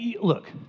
look